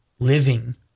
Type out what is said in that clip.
Living